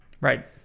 Right